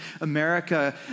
America